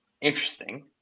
interesting